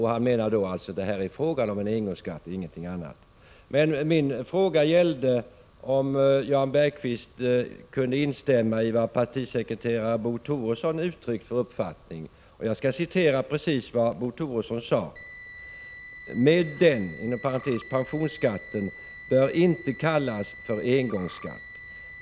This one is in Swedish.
Han menar att det är fråga om en engångsskatt, ingenting annat. Min fråga gällde om Jan Bergqvist kunde instämma i vad partisekreteraren Bo Toresson uttryckt för uppfattning. Jag — Prot. 1986/87:79 skall citera vad Bo Toresson sade: 4 mars 1987 ”Men den bör inte kallas för engångsskatt.